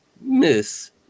Miss